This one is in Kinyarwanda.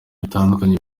bitandukanye